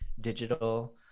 digital